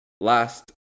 last